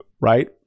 right